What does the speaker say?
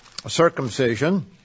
circumcision